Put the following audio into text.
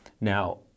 Now